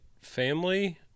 family